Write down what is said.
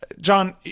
John